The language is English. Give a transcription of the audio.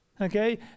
okay